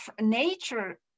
nature